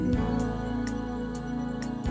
love